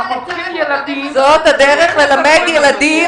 הם אומרים שזאת הדרך ללמד ילדים